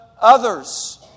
others